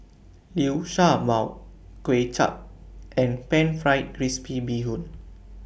Liu Sha Bao Kuay Chap and Pan Fried Crispy Bee Hoon